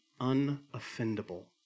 unoffendable